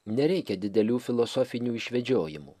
nereikia didelių filosofinių išvedžiojimų